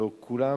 הלוא כולם